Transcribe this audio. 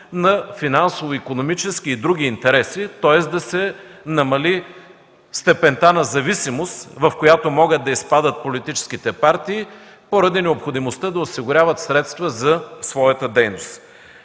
на финансово-икономически и други интереси, тоест да се намали степента на зависимост, в която могат да изпадат политическите партии поради необходимостта да осигуряват средства за своята дейност.